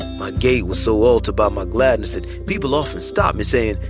my gait was so altered by my gladness that people often stopped me saying,